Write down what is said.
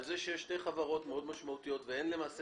על כך שיש שתי חברות משמעותיות מאוד ואין למעשה